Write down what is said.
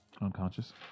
unconscious